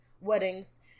weddings